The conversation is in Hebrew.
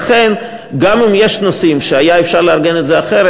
לכן, גם אם יש נושאים שהיה אפשר לארגן אחרת,